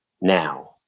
Now